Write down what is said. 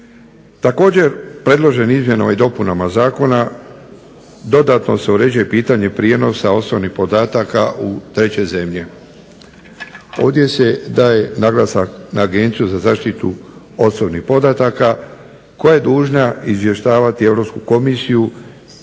Također predloženim izmjenama i dopunama zakona dodatno se uređuje pitanje prijenosa osobnih podataka u treće zemlje. Ovdje se daje naglasak na Agenciju za zaštitu osobnih podataka koja je dužna izvještavati Europsku komisiju